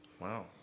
Wow